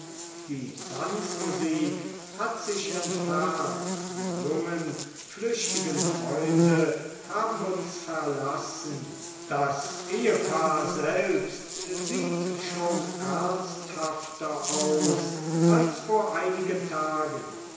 die tanzmusik hat sich entfernt die jungen flüchtigen freunde haben uns verlassen das ehepaar selbst sieht schon ernsthafter aus als vor einigen tagen